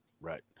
right